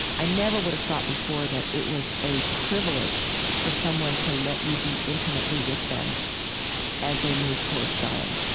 i never would have thought before that it was a privilege for someone to let you be intimately with them as they moved towards dying,